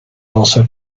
also